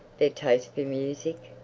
their taste for music.